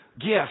gift